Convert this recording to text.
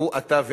הוא אתה ואני.